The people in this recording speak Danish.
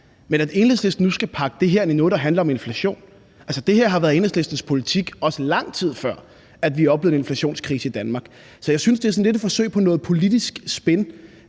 til at Enhedslisten nu skal pakke det her ind i noget, der handler om inflation: Altså, det her har været Enhedslistens politik, også lang tid før vi har oplevet en inflationskrise i Danmark, så jeg synes, det sådan lidt er et forsøg på noget politisk spin